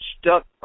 stuck